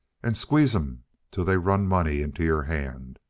and squeeze em till they run money into your hand.